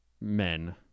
men